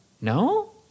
No